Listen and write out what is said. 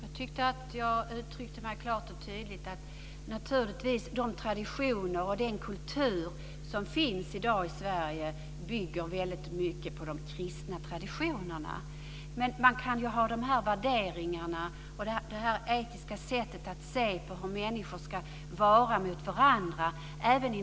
Herr talman! Jag tyckte att jag uttryckte mig klart och tydligt. Naturligtvis bygger de traditioner och den kultur som finns i dag i Sverige väldigt mycket på de kristna värderingarna, men man kan även inom andra religioner ha sådana värderingar och ett etiskt sätt att se på hur människor ska vara mot varandra.